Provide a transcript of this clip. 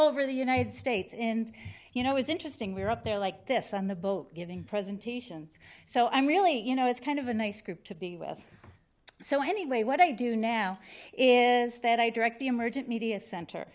over the united states in you know it's interesting we were up there like this on the boat giving presentations so i'm really you know it's kind of a nice group to be with so anyway what i do now is that i direct the emergent media center